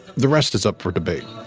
the rest is up for debate.